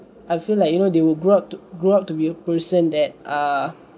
I feel like you know they will grew up grew up to be a person that ah